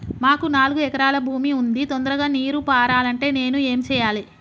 మాకు నాలుగు ఎకరాల భూమి ఉంది, తొందరగా నీరు పారాలంటే నేను ఏం చెయ్యాలే?